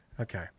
Okay